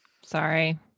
sorry